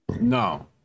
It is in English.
No